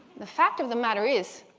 the fact of the matter is,